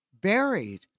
buried